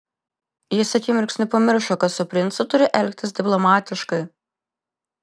jis akimirksniu pamiršo kad su princu turi elgtis diplomatiškai